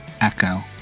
echo